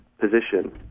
position